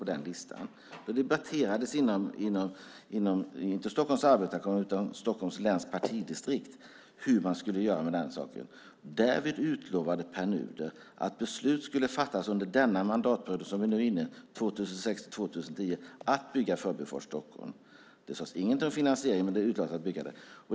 Det skedde i samband med att dåvarande finansminister Pär Nuder nominerades som förstanamn på listan. Därvid utlovade Pär Nuder att beslut om att bygga Förbifart Stockholm skulle fattas under den innevarande mandatperioden, alltså 2006-2010. Det sades ingenting om finansieringen, men det utlovades att förbifarten skulle byggas.